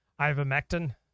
ivermectin